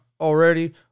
already